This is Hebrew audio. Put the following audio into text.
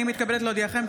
הינני מתכבדת להודיעכם,